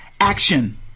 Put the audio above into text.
action